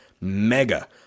Mega